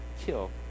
kill